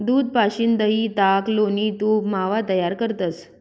दूध पाशीन दही, ताक, लोणी, तूप, मावा तयार करतंस